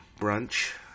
brunch